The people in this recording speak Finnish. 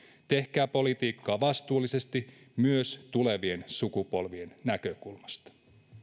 tehkää politiikkaa vastuullisesti myös tulevien sukupolvien näkökulmasta